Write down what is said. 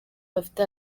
bafite